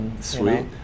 Sweet